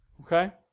Okay